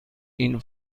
این